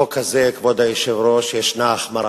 בחוק הזה, כבוד היושב-ראש, ישנה החמרה.